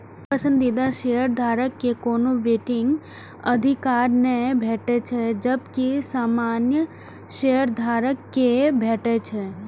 पसंदीदा शेयरधारक कें कोनो वोटिंग अधिकार नै भेटै छै, जबकि सामान्य शेयधारक कें भेटै छै